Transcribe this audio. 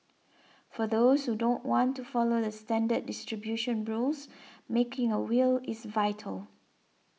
for those who don't want to follow the standard distribution rules making a will is vital